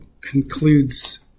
concludes